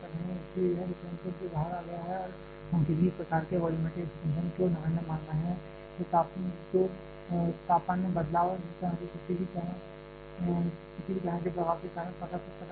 इसलिए यह डिफरेंशियल से बाहर आ गया है और हम किसी भी प्रकार के वॉल्यूमेट्रिक एक्सपेंशन को नगण्य मान रहे हैं जो तापमान में बदलाव और इस तरह के किसी भी तरह के प्रभाव के कारण प्रकट हो सकता है